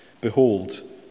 Behold